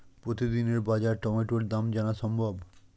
প্রতিদিনের বাজার টমেটোর দাম জানা সম্ভব?